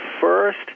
first